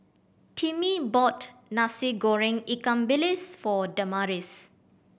Timmie bought Nasi Goreng ikan bilis for Damaris